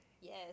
Yes